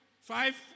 five